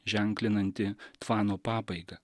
ženklinantį tvano pabaigą